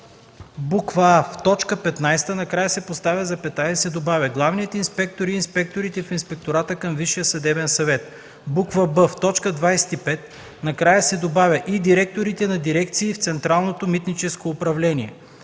1: а) в т. 15 накрая се поставя запетая и се добавя „главният инспектор и инспекторите в Инспектората към Висшия съдебен съвет”; б) в т. 25 накрая се добавя „и директорите на дирекции в Централното митническо управление”;